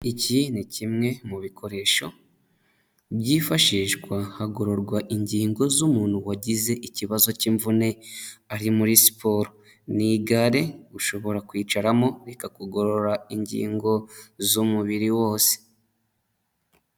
Iki ni kimwe mu bikoresho byifashishwa hagororwa ingingo z'umuntu wagize ikibazo cy'imvune ari muri siporo, ni igare ushobora kwicaramo bikakugorora ingingo z'umubiri wose.